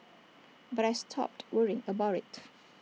but I stopped worrying about IT